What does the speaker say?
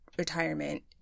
retirement